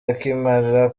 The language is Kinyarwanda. akimara